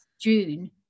June